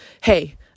Hey